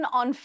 on